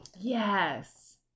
Yes